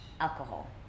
alcohol